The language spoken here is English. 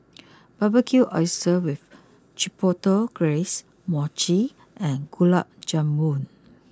Barbecued Oysters with Chipotle Glaze Mochi and Gulab Jamun